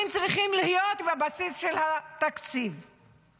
בבסיס של התקציב צריכים להיות צרכים.